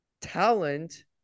talent